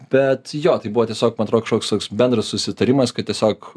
bet jo tai buvo tiesiog man atrodo kažkoks toks bendras susitarimas kad tiesiog